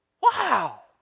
Wow